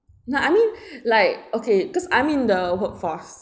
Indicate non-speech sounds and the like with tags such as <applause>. no I mean <breath> like okay cause I'm in the workforce